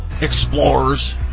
explorers